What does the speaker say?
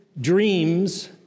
dreams